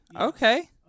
Okay